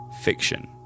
fiction